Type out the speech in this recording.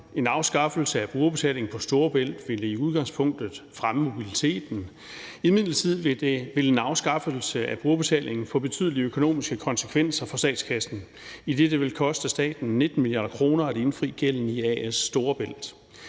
En afskaffelse af brugerbetalingen på Storebæltsforbindelsen ville i udgangspunktet fremme mobiliteten. Imidlertid ville en afskaffelse af brugerbetalingen få betydelige økonomiske konsekvenser for statskassen, idet det ville koste staten 19 mia. kr. at indfri gælden i A/S Storebælt.